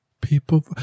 People